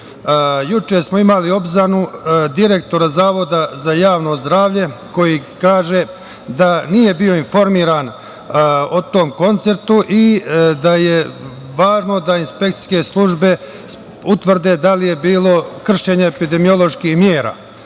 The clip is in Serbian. Juče smo imali obznanu direktora Zavoda za javno zdravlje koji kaže da nije bio informisan o tom koncertu i da je važno da inspekcijske službe utvrde da li je bilo kršenja epidemioloških mera. Moje